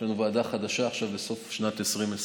יש לנו עכשיו ועדה חדשה בסוף שנת 2020,